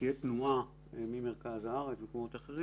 ושתהיה תנועה ממרכז הארץ וממקומות אחרים